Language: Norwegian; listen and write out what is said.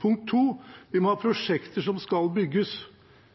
Punkt 2: Vi må ha prosjekter som skal bygges.